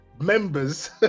members